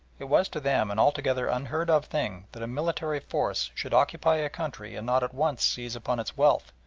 it was to them an altogether unheard-of thing that a military force should occupy a country and not at once seize upon its wealth,